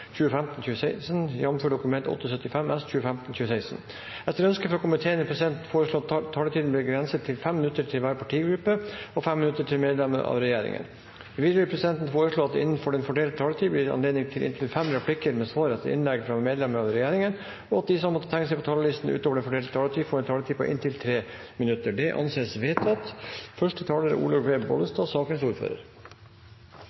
2015. Flere har ikke bedt om ordet til sak nr. 4. Presidenten vil foreslå at sakene nr. 5 og 6 debatteres under ett. – Det anses vedtatt. Etter ønske fra kontroll- og konstitusjonskomiteen vil presidenten foreslå at taletiden blir begrenset til 5 minutter til hver partigruppe og 5 minutter til medlemmer av regjeringen. Videre vil presidenten foreslå at det ikke blir gitt anledning til replikker, og at de som måtte tegne seg på talerlisten utover den fordelte taletid, får en taletid på inntil 3 minutter. – Det anses vedtatt.